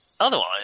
Otherwise